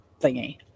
thingy